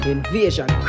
Invasion